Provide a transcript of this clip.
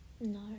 No